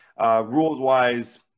rules-wise